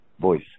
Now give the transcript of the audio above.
voice